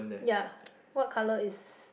ya what colour is